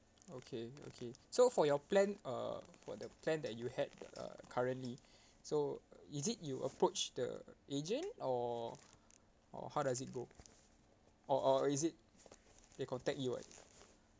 okay okay so for your plan uh for the plan that you had uh currently so is it you approach the agent or or how does it go or or is it they contact you [one]